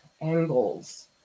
angles